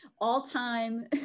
all-time